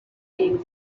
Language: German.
gegen